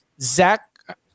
Zach